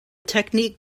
technique